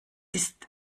ist